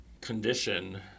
condition